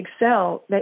excel